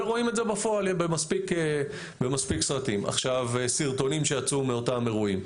ורואים את זה בפועל במספיק סרטונים שיצאו מאותם אירועים.